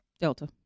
Delta